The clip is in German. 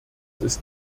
ist